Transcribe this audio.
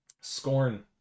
Scorn